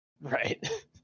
Right